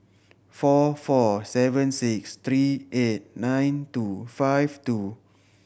four four seven six three eight nine two five two